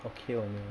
okay only lah